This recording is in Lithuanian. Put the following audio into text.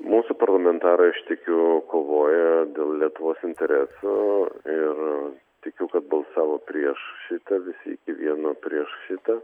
mūsų parlamentarai aš tikiu kovoja dėl lietuvos interesų ir tikiu kad balsavo prieš šitą visi iki vieno prieš šitą